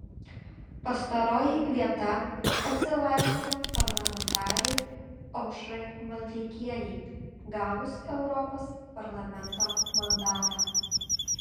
pastaroji vieta atsilaisvino parlamentarei aušrai maldeikienei gavus europos parlamento mandatą